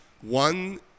one